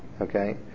okay